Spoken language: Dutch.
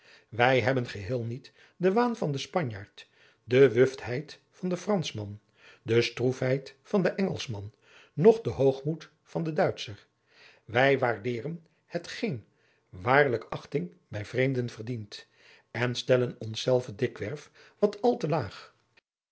wij hebben geheel niet den waan van den spanjaard de wuftheid van den franschman de stroefheid van den engelschman noch den hoogmoed van den duitscher wij waarderen hetgeen waarlijk achting bij vreemden verdient en stellen ons zelve dikwerf wat al te laag